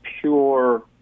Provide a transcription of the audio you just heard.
pure